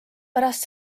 pärast